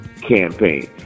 campaign